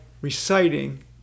reciting